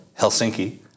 Helsinki